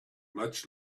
much